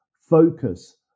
focus